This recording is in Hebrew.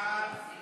חוק